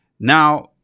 Now